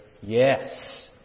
Yes